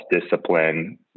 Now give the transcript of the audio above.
discipline